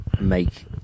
make